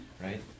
right